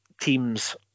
Teams